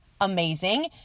Amazing